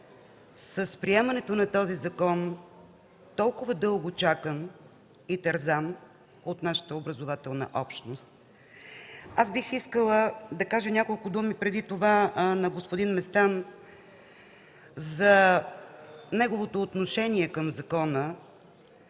с приемането на този закон, толкова дълго чакан и терзан от нашата образователна общност. Бих искала да кажа няколко думи преди това на господин Местан за неговото отношение към закона,